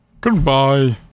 goodbye